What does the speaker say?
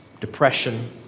depression